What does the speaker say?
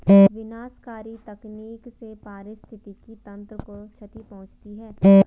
विनाशकारी तकनीक से पारिस्थितिकी तंत्र को क्षति पहुँचती है